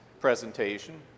presentation